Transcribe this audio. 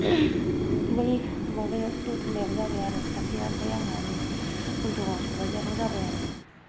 बै माबायाव दतमायाव जाबाय आरो सासेआ ओमफ्राय आंहा नै हुलथुगाव सबायझाराव जाबाय आरो